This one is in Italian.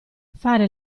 fare